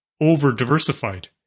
over-diversified